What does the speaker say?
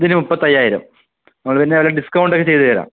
ഇതിന് മുപ്പത്തയ്യായിരം നമ്മൾ പിന്നെ അതിന് ഡിസ്കൗണ്ടൊക്കെ ചെയ്തു തരാം